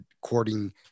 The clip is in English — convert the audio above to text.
courting